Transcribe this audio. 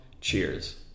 cheers